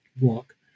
Walk